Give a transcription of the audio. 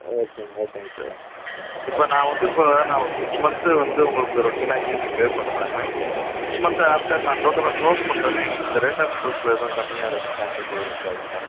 ஓகேங்க ஓகேங்க சார் இப்போ நான் வந்து இப்போ நான் ஒரு சிக்ஸ் மந்த்து வந்து உங்களுக்கு ரொட்டின்னா இஎம்ஐ பே பண்ணுறேன் சிக்ஸ் மந்த் ஆஃப்டர் நான் டோட்டலாக க்ளோஸ் பண்ணுறேன்னா எனக்கு இந்த ரேட் ஆஃப் இன்ட்ரெஸ்ட்டில எதுவும் கம்மியாக இருக்க சான்சஸ் எதுவும் இருக்காதுங்களா